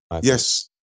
Yes